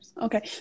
Okay